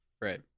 Right